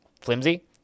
flimsy